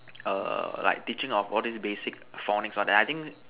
err like teaching of all these basic phonics all that I think